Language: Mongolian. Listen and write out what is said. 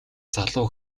залуу